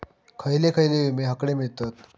खयले खयले विमे हकडे मिळतीत?